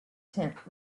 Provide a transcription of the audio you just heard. tent